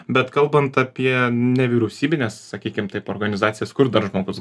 bet kalbant apie nevyriausybines sakykim taip organizacijas kur dar žmogus